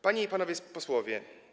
Panie i Panowie Posłowie!